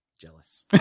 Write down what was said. Jealous